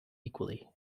equally